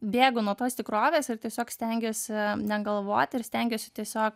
bėgu nuo tos tikrovės ir tiesiog stengiuosi negalvoti ir stengiuosi tiesiog